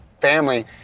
family